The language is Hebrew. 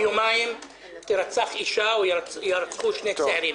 יומיים תירצח אישה או יירצחו שני צעירים,